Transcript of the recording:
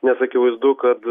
nes akivaizdu kad